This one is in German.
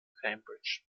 cambridge